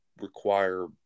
require